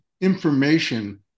information